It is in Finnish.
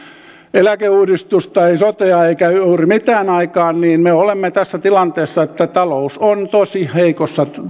eläkeuudistusta ei sotea eikä juuri mitään aikaan niin me olemme tässä tilanteessa että talous on tosi heikossa